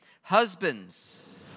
Husbands